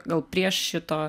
gal prieš šito